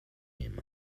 him